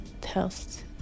test